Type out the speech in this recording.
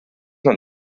man